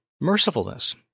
mercifulness